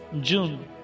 June